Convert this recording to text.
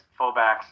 fullbacks